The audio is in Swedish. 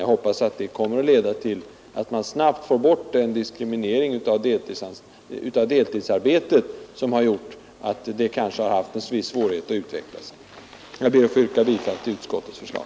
Jag hoppas att det kommer att leda till att man snabbt avskaffar den nuvarande diskrimineringen av deltidsarbetet, som har utgjort ett hinder för en önskvärd utveckling mot fler deltidsarbeten. Jag ber att få yrka bifall till utskottets förslag.